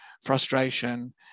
frustration